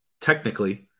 technically